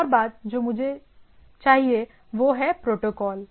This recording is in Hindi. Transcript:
एक और बात जो मुझे चाहिए वो है प्रोटोकॉल